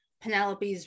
Penelope's